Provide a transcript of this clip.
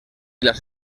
las